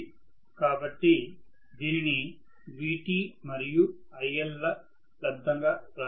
కాబట్టి దీన్ని Vt మరియు IL ల లబ్దంగా రాయాలి